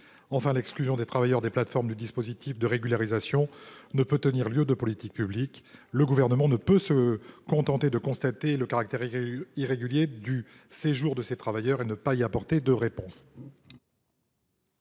Enfin, l’exclusion des travailleurs des plateformes du dispositif de régularisation ne peut tenir lieu de politique publique. Le Gouvernement ne peut se contenter de constater le caractère irrégulier du séjour de ces travailleurs sans apporter de réponse